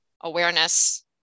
awareness